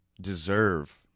deserve